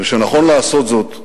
ושנכון לעשות זאת בגלוי,